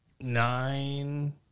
nine